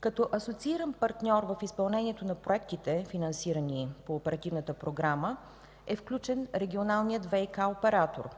Като асоцииран партньор в изпълнението на проектите, финансирани по оперативната програма, е включен регионалният ВиК оператор.